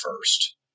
first